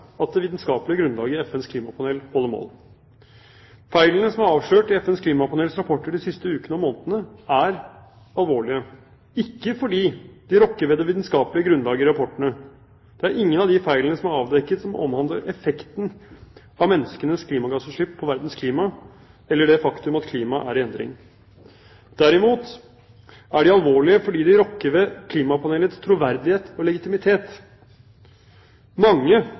at det vitenskapelige grunnlaget i FNs klimapanel holder mål? Feilene som er avslørt i FNs klimapanels rapporter de siste ukene og månedene, er alvorlige – ikke fordi de rokker ved det vitenskapelige grunnlaget i rapporten. Det er ingen av de feilene som er avdekket, som omhandler effekten av menneskenes klimagassutslipp på verdens klima, eller det faktum at klimaet er i endring. Derimot er de alvorlige fordi de rokker ved klimapanelets troverdighet og legitimitet. Mange,